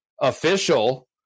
official